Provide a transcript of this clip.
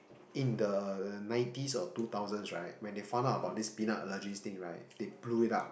in the nineties or two thousands right when they found out about this peanut allergy thing right they blew it up